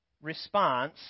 response